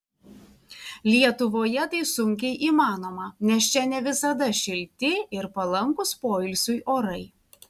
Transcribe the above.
lietuvoje tai sunkiai įmanoma nes čia ne visada šilti ir palankūs poilsiui orai